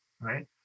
right